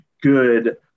good